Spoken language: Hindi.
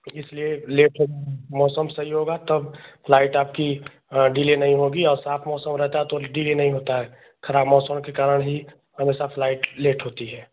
इसलिये लेट मौसम सही होगा तब फ्लाइट आपकी अ डिले नहीं होगी और साफ मौसम रहता है तो डिले नहीं होता है खराब मौसम के कारण ही हमेशा फ्लाइट लेट होती है